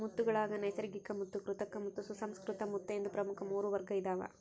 ಮುತ್ತುಗುಳಾಗ ನೈಸರ್ಗಿಕಮುತ್ತು ಕೃತಕಮುತ್ತು ಸುಸಂಸ್ಕೃತ ಮುತ್ತು ಎಂದು ಪ್ರಮುಖ ಮೂರು ವರ್ಗ ಇದಾವ